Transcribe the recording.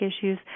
issues